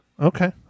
Okay